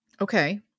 Okay